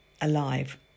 alive